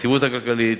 היציבות הכלכלית,